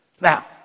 Now